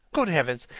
good heavens!